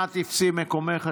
נא תפסי מקומך.